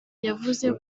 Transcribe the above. yavuze